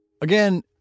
Again